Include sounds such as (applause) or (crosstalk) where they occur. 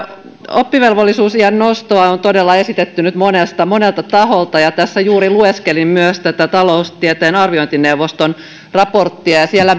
oppivelvollisuusiän nostoa on todella esitetty nyt monelta monelta taholta tässä juuri lueskelin myös tätä taloustieteen arviointineuvoston raporttia ja siellä (unintelligible)